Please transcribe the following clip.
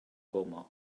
coma